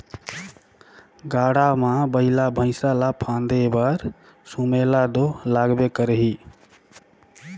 गाड़ा मे बइला भइसा ल फादे बर सुमेला दो लागबे करही